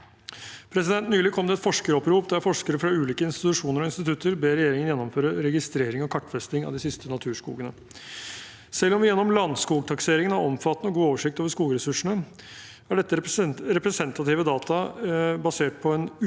Nylig kom det et forskeropprop, der forskere fra ulike institusjoner og institutter ber regjeringen gjennomføre registrering og kartfesting av de siste naturskogene. Selv om vi gjennom Landsskogtakseringen har omfattende og god oversikt over skogressursene, er dette representative data basert på en utvalgskartlegging,